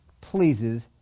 pleases